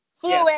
fluid